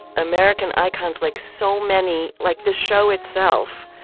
american icons, like so many, like the show itself,